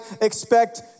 expect